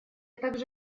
также